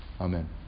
Amen